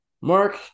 Mark